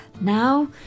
Now